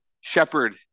shepherd